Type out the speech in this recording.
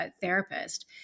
therapist